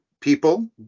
people